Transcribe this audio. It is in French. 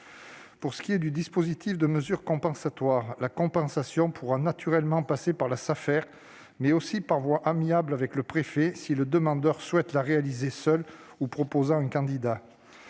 Pour ce qui est du dispositif des mesures compensatoires, la compensation pourra naturellement passer par la Safer, mais elle pourra aussi avoir lieu par voie amiable avec le préfet, si le demandeur souhaite la réaliser seul en proposant un candidat.